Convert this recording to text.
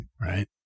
right